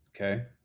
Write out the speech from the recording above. okay